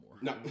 no